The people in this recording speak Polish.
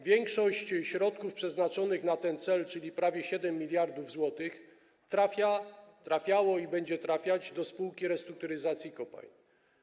Większość środków przeznaczonych na ten cel, czyli prawie 7 mld zł, trafiało i będzie trafiać do Spółki Restrukturyzacji Kopalń.